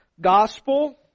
Gospel